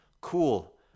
cool